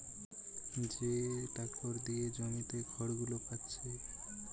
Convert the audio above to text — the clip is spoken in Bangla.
যে ট্যাক্টর দিয়ে জমিতে খড়গুলো পাচ্ছে